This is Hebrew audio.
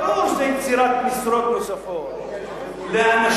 ברור שזה יצירת משרות נוספות לאנשינו,